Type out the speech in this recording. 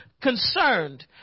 concerned